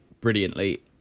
brilliantly